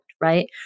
right